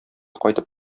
кайтып